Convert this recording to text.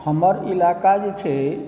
हमर इलाका जे छै